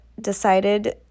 decided